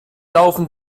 laufen